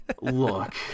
look